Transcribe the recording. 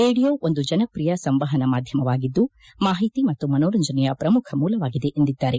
radio ಒಂದು ಜನಪ್ರಿಯ ಸಂವಹನ ಮಾಧ್ಯಮವಾಗಿದ್ದು ಮಾಹಿತಿ ಮತ್ತು ಮನೋರಂಜನೆಯ ಪ್ರಮುಖ ಮೂಲವಾಗಿದೆ ಎಂದಿದ್ದಾರೆ